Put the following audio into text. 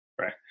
right